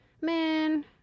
man